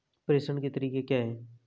प्रेषण के तरीके क्या हैं?